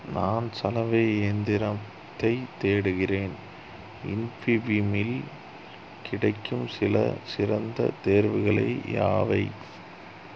நான் சலவை இயந்திரத்தை தேடுகிறேன் இன்ஃபீபீம்யில் கிடைக்கும் சில சிறந்த தேர்வுகள் யாவை